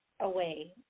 away